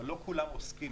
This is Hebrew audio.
אבל לא כולם עוסקים,